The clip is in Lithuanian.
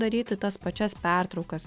daryti tas pačias pertraukas